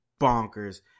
bonkers